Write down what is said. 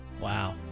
Wow